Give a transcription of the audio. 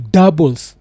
doubles